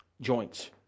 joints